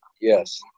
yes